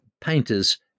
painters